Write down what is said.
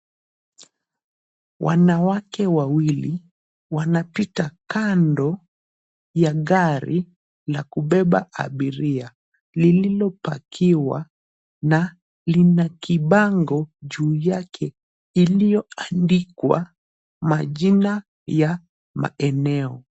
Wanawake wawili wanapita kando ya gari la kubeba abiria lililopakiwa na lina kibango juu yake iliyoandikwa majina ya maeneo.